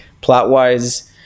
plot-wise